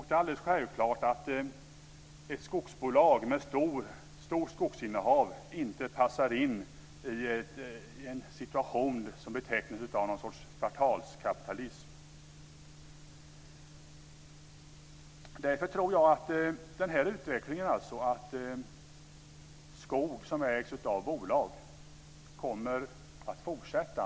Det är alldeles självklart att ett skogsbolag med stort skogsinnehav inte passar in i en situation som betecknas av någon sorts kvartalskapitalism. Därför tror jag att den här utvecklingen, alltså när det gäller skog som ägs av bolag, kommer att fortsätta.